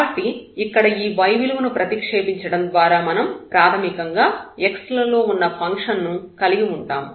కాబట్టి ఇక్కడ ఈ y విలువను ప్రతిక్షేపించడం ద్వారా మనం ప్రాథమికంగా x లలో ఉన్న ఫంక్షన్ ను కలిగి ఉంటాము